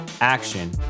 action